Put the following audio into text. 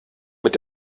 mit